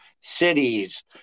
cities